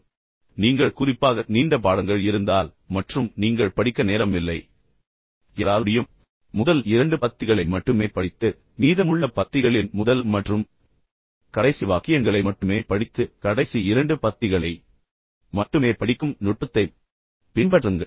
எனவே நீங்கள் குறிப்பாக நீண்ட பாடங்கள் இருந்தால் மற்றும் நீங்கள் படிக்க நேரம் இல்லை என்றால் முடியும் எனவே முதல் இரண்டு பத்திகளை மட்டுமே படித்து மீதமுள்ள பத்திகளின் முதல் மற்றும் கடைசி வாக்கியங்களை மட்டுமே படித்து கடைசி இரண்டு பத்திகளை மட்டுமே படிக்கும் நுட்பத்தைப் பின்பற்றுங்கள்